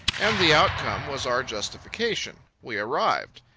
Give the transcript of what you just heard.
and the outcome was our justification. we arrived.